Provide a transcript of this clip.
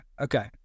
Okay